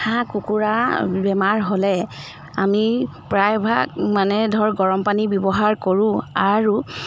হাঁহ কুকুৰা বেমাৰ হ'লে আমি প্ৰায়ভাগ মানে ধৰক গৰম পানী ব্যৱহাৰ কৰোঁ আৰু